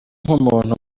nk’umuntu